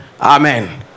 amen